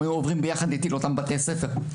הם היו עוברים יחד איתי לאותם בתי ספר.